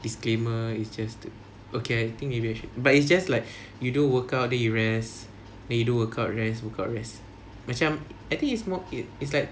disclaimer it's just to okay I think maybe I should but it's just like you do work out then you rest then you do workout rest workout rest macam I think it's more it's like